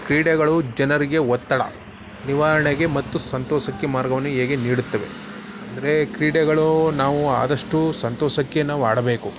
ಕ್ರೀಡೆಗಳು ಜನರಿಗೆ ಒತ್ತಡ ನಿವಾರಣೆಗೆ ಮತ್ತು ಸಂತೋಷಕ್ಕೆ ಮಾರ್ಗವನ್ನು ಹೇಗೆ ನೀಡುತ್ತವೆ ಅಂದರೆ ಕ್ರೀಡೆಗಳು ನಾವು ಆದಷ್ಟು ಸಂತೋಷಕ್ಕೆ ನಾವು ಆಡಬೇಕು